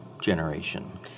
generation